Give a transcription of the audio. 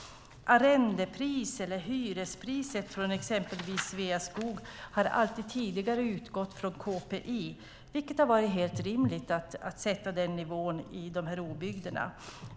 Arrendepriset, eller hyrespriset, från till exempel Sveaskog har alltid tidigare utgått från kpi, vilket har varit en helt rimligt nivå i de här obygderna.